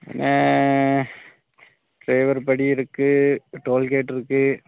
driver படி இருக்குது toll gate இருக்குது